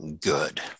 good